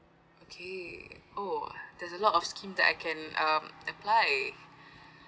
okay oh there's a lot of scheme that I can um apply